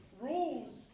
rules